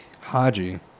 Haji